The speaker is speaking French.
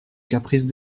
caprice